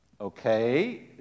Okay